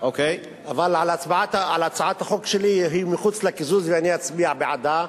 לקיזוז ואני אצביע בעדה,